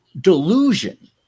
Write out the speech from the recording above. delusion